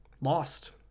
lost